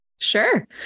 Sure